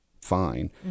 fine